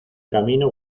camino